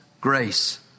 grace